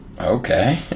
Okay